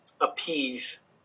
appease